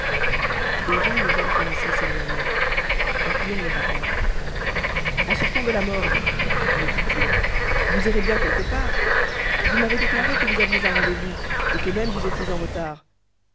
déjà le jeune policier s'éloignait papillon le rappela en sortant de la morgue lui dit-il vous irez bien quelque part vous m'avez déclaré que vous aviez un rendez-vous et que même vous étiez en retard